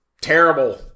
terrible